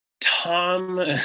Tom